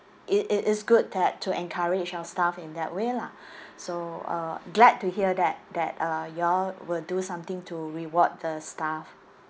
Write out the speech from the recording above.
it it is good that to encourage your staff in that way lah so uh glad to hear that that uh you all will do something to reward the staff